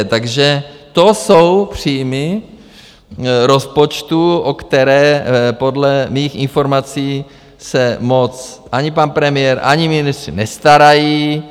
Takže to jsou příjmy rozpočtu, o které podle mých informací se moc ani pan premiér, ani ministři nestarají.